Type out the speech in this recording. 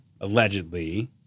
allegedly